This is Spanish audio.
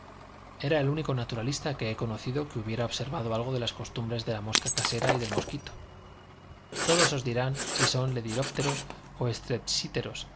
era el único naturalista que he conocido que hubiera observado algo de las costumbres de la mosca casera y del mosquito todos os dirán si son lepidópteros o